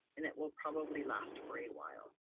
and it will probably last for a while.